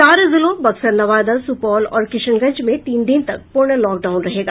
चार जिलों बक्सर नवादा सुपौल और किशनगंज में तीन दिन तक पूर्ण लॉकडाउन रहेगा